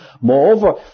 Moreover